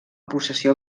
possessió